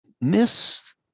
miss